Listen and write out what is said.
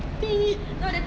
beep